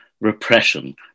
repression